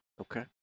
Okay